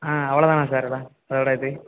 ஆ அவ்வளோ தானா சார் இது எல்லாம் அதோட இது